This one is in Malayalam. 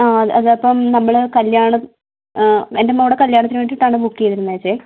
ആ അതപ്പം നമ്മൾ കല്യാണം എൻ്റെ മോളുടെ കല്യാണത്തിന് വേണ്ടിയിട്ടാണ് ബുക്ക് ചെയ്തിരുന്നേച്ചേ